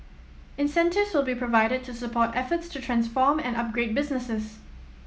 incentives will be provided to support efforts to transform and upgrade businesses